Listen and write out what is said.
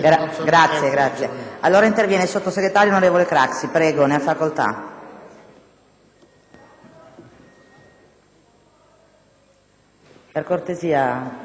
per cortesia,